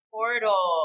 Portal